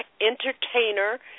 entertainer